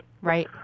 Right